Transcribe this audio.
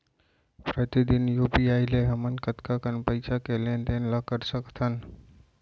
प्रतिदन यू.पी.आई ले हमन कतका कन पइसा के लेन देन ल कर सकथन?